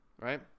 right